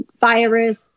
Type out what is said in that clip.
virus